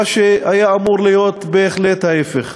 מה שהיה אמור להיות בהחלט ההפך.